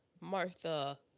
Martha